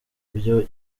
byo